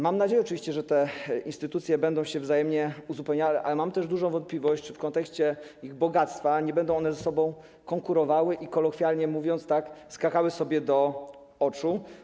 Mam oczywiście nadzieję, że te instytucje będą się wzajemnie uzupełniały, ale mam też dużą wątpliwość, czy w kontekście ich bogactwa nie będą one ze sobą konkurowały i kolokwialnie mówiąc, tak skakały sobie do oczu.